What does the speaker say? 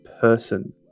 person